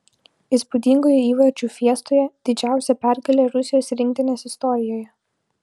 įspūdingoje įvarčių fiestoje didžiausia pergalė rusijos rinktinės istorijoje